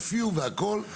הופיעו והכול.